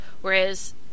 Whereas